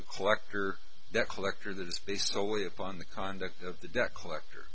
the collector that collector that is based solely upon the conduct of the debt collector